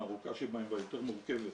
הארוכה שבהם כבר יותר מורכבת